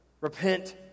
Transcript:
Repent